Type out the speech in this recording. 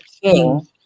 king